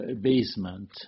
basement